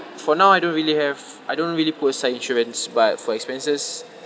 for now I don't really have I don't really put aside insurance but for expenses